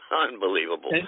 Unbelievable